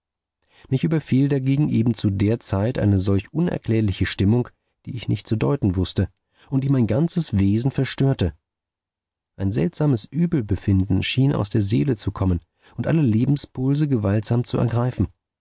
mich überfiel dagegen eben zu der zeit eine solch unerklärliche stimmung die ich nicht zu deuten wußte und die bald mein ganzes wesen verstörte ein seltsames übelbefinden schien aus der seele zu kommen und alle lebenspulse gewaltsam zu ergreifen